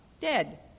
Dead